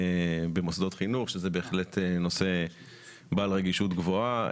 שזה בהחלט נושא בעל רגישות גבוהה,